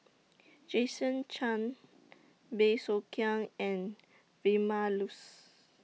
Jason Chan Bey Soo Khiang and Vilma Laus